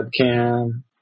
webcam